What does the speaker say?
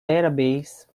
database